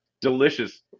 delicious